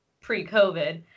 pre-COVID